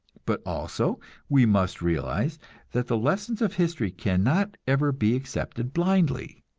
but also we must realize that the lessons of history cannot ever be accepted blindly.